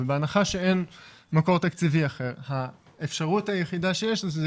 ובהנחה שאין מקור תקציבי אחר האפשרות היחידה שיש זה שזה